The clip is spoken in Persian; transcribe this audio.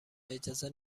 اجازه